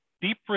deep